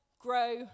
grow